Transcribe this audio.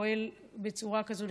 פועל בצורה כזאת נחרצת.